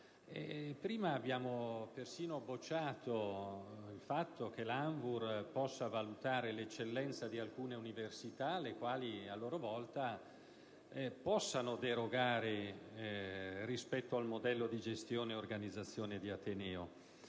Prima abbiamo persino bocciato il fatto che l'ANVUR possa valutare l'eccellenza di alcune università e che queste, a loro volta, possano derogare rispetto al modello di gestione e organizzazione di ateneo.